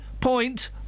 point